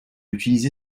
utilisé